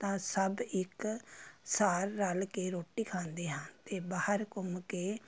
ਤਾਂ ਸਭ ਇੱਕ ਸਾਰ ਰਲ ਕੇ ਰੋਟੀ ਖਾਂਦੇ ਹਨ ਅਤੇ ਬਾਹਰ ਘੁੰਮ ਕੇ